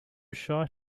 shy